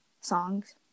songs